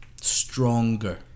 Stronger